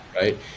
right